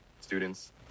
students